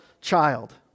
child